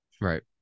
right